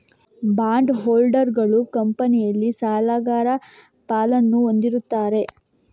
bond ಹೋಲ್ಡರುಗಳು ಕಂಪನಿಯಲ್ಲಿ ಸಾಲಗಾರ ಪಾಲನ್ನು ಹೊಂದಿರುತ್ತಾರೆ